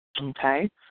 Okay